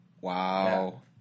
Wow